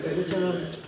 like macam